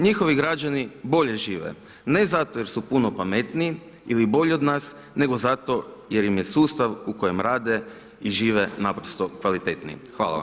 Njihovi građani bolje žive, ne zato jer su puno pametniji ili bolji od nas, nego zato jer im je sustav u kojem rade i žive naprosto kvalitetniji.